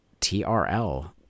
TRL